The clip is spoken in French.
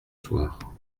soir